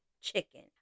chicken